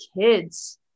kids